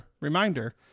reminder